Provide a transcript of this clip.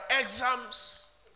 exams